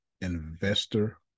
Investor